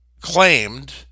claimed